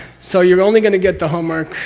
so you're only going to get the homework.